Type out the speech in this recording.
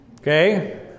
Okay